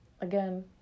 again